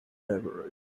beverage